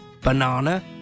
banana